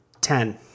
Ten